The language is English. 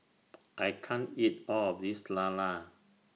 I can't eat All of This Lala